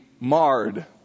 marred